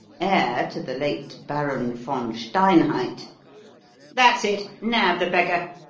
heir to the late baron von steinheid that's it, nab the beggar.